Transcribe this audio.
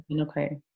Okay